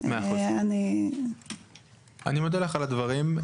תודה על הדברים.